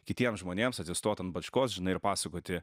kitiems žmonėms atsistot ant bačkos žinai ir pasakoti